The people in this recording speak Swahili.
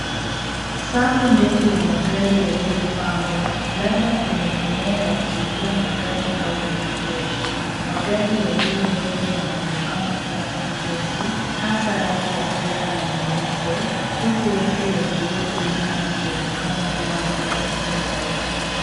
Safu ndefu ya magari yaliyopangwa labda kwenye eneo la kuuzia magari au maegesho . Magari yaliyo mbele yanaonekana kuwa mepesi hasa rangi ya fedha na nyeupe huku yale yaliyoko nyuma yakionekana kuwa na rangi tofauti.